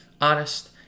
honest